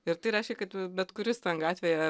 ir tai reiškia kad bet kuris ten gatvėje